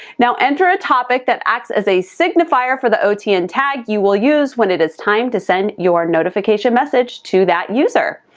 now, enter a topic that acts as a signifier for the otn tag you will use when it is time to send your notification message to that user.